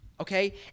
okay